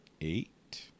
eight